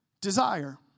desire